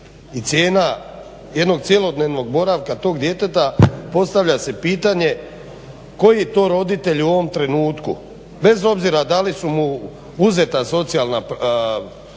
i cijena jednog cjelodnevnog boravka tog djeteta, postavlja se pitanje, koji to roditelj u ovom trenutku bez obzira da li su mu uzeta socijalna prava,